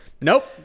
nope